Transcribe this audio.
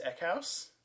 Eckhouse